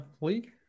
league